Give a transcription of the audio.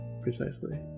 Precisely